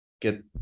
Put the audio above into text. Get